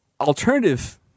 alternative